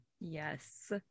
Yes